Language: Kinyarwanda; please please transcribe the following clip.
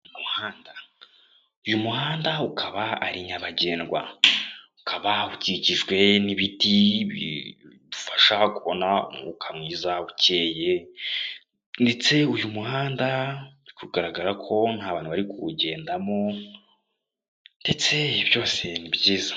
Umuhanda, uyu muhanda ukaba ari nyabagendwa, ukaba ukikijwe n'ibiti bigufasha kubona umwuka mwiza ukeye, ndetse uyu muhanda uri kugaragara ko nk'abantu bari kuwugendamo, ndetse byose ni byiza.